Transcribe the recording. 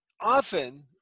Often